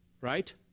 right